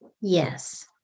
Yes